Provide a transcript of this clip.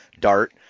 dart